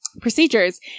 procedures